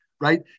right